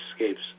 escapes